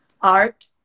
art